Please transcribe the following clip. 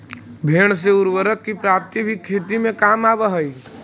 भेंड़ से उर्वरक की प्राप्ति भी खेती में काम आवअ हई